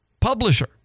publisher